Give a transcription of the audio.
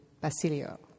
Basilio